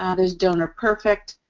ah there's donor perfect.